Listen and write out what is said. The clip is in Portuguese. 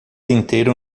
inteiro